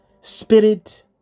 spirit